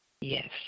Yes